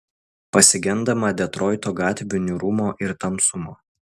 pasigendama detroito gatvių niūrumo ir tamsumo